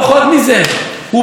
היושבת בראש,